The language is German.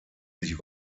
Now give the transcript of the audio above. sich